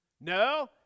No